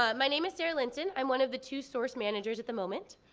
um my name is sarah linton, i'm one of the two source managers at the moment.